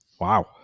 wow